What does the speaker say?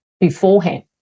beforehand